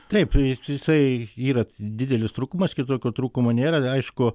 taip jis jisai yra didelis trūkumas kitokio trūkumo nėra aišku